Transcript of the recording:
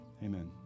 Amen